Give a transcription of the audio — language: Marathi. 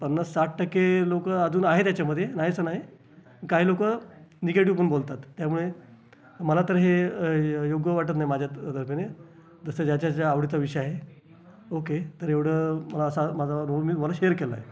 पन्नास साठ टक्के लोकं अजून आहेत ह्याच्यामध्ये नाही असं नाही काही लोकं निगेटिव पण बोलतात त्यामुळे मला तर हे योग्य वाटत नाही माझ्या जसं ज्याच्या त्याच्या आवडीचा विषय आहे ओके तर एवढं मला असा माझा रोल मी तुम्हाला शेअर केला आहे